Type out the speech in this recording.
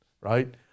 right